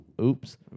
oops